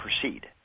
proceed